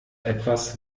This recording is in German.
etwas